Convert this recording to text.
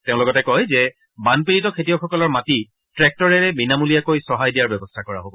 তেওঁ লগতে কয় যে বান পীড়িত খেতিয়কসকলৰ মাটি ট্ৰেক্টৰেৰে বিনামূলীয়াকৈ চহাই দিয়াৰ ব্যৱস্থা কৰা হব